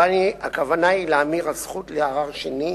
הכוונה היא להמיר את הזכות לערר שני,